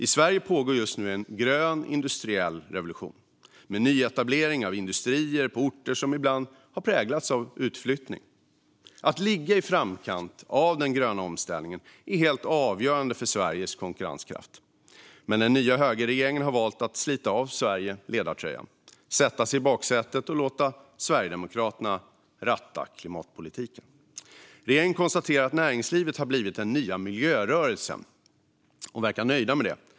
I Sverige pågår en grön industriell revolution med nyetablering av industrier i orter som i vissa fall präglats av utflyttning. Att ligga i framkant av den gröna omställningen är helt avgörande för Sveriges konkurrenskraft, men den nya högerregeringen har valt att slita av Sverige ledartröjan, sätta sig i baksätet och låta Sverigedemokraterna ratta klimatpolitiken. Regeringen konstaterar att näringslivet har blivit den nya miljörörelsen och verkar nöjd med det.